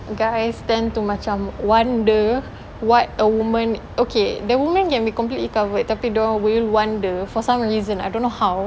guys tend to macam wonder what a woman okay the woman can be completely covered tapi dorang will wonder for some reason I don't know how